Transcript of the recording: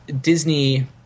Disney